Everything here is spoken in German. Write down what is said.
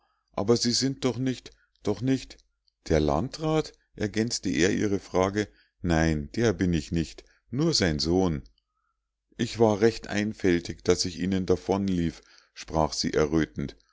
aber sie sind doch nicht doch nicht der landrat ergänzte er ihre frage nein der bin ich nicht nur sein sohn ich war recht einfältig daß ich ihnen davonlief sprach sie